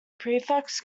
prefix